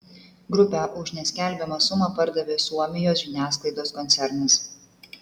grupę už neskelbiamą sumą pardavė suomijos žiniasklaidos koncernas